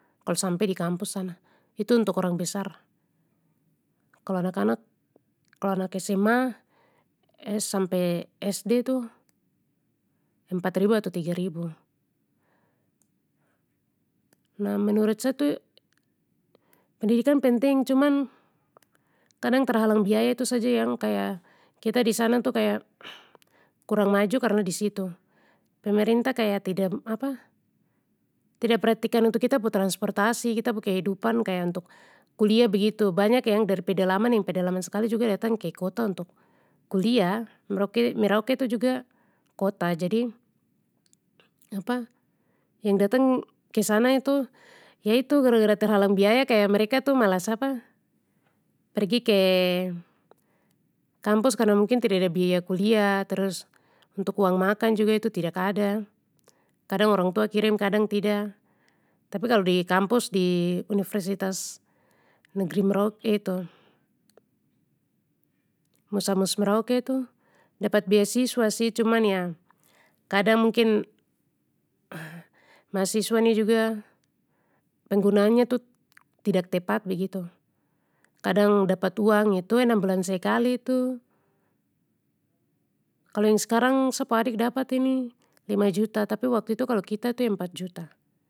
Kalo sampe di kampus sana itu untuk orang besar, kalo anak anak kalo anak SMA sampe SD itu empat ribu atau tiga ribu. Nah menurut sa tu pendidikan penting cuman kadang terhalang biaya itu saja yang kaya kita disana tu kaya kurang maju karna disitu, pemerintah kaya tidak tidak perhatikan untuk kita pu transportasi kita pu kehidupan kaya untuk, kuliah begitu banyak yang dari pedalaman yang pedalaman skali juga datang ke kota untuk kuliah merauke-merauke itu juga kota jadi yang datang kesana itu ya itu gara gara terhalang biaya kaya mereka tu malas pergi ke, kampus karna mungkin tidada biaya kuliah terus untuk uang makan juga itu tidak ada, kadang orang tua kirim kadang tidak, tapi kalo di kampus di universitas negri merauke itu, musamus merauke tu dapat beasiswa sih cuman ya, kadang mungkin mahasiswa ni juga, penggunaannya tu tidak tepat begitu, kadang dapat uang itu enam bulan sekali tu. Kalo yang sekarang sa pu adik dapat ni lima juta tapi waktu itu kalo kita itu empat juta.